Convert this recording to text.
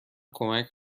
کمک